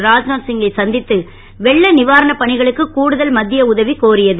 ராஜ்நாத் சிங் கை சந்தித்து வெள்ள நிவாரணப் பணிகளுக்கு கூடுதல் மத்திய உதவி கோரியது